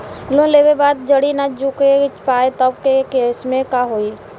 Loan लेवे के बाद जड़ी ना चुका पाएं तब के केसमे का होई?